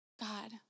God